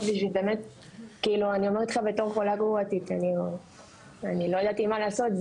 ואני אומרת לך בתור חולה גרורתית אני לא ידעתי מה לעשות,